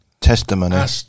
testimony